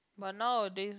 but nowadays